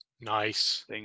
Nice